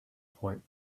point